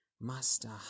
Master